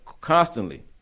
constantly